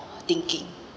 thinking